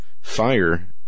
fire